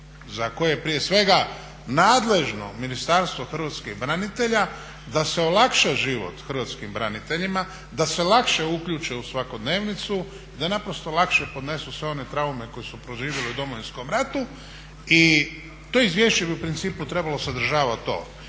za koje je prije svega nadležno Ministarstvo hrvatskih branitelja da se olakša život hrvatskim braniteljima da se lakše uključe u svakodnevicu, da naprosto lakše podnesu sve one traume koje su proživjeli u Domovinskom ratu i to izvješće bi u principu trebalo sadržavat to.